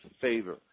favor